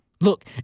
Look